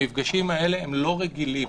המפגשים האלה לא רגילים,